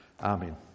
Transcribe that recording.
Amen